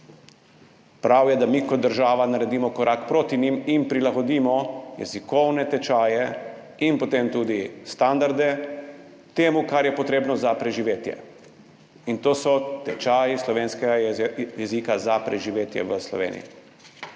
Prav je, da mi kot država naredimo korak naproti njim in prilagodimo jezikovne tečaje in potem tudi standarde temu, kar je potrebno za preživetje. In to so tečaji slovenskega jezika za preživetje v Sloveniji.